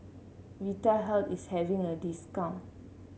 Vitahealth is having a discount